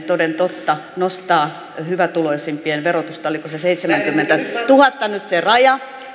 toden totta nostaa hyvätuloisimpien verotusta oliko se seitsemänkymmentätuhatta nyt se raja